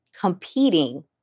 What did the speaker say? competing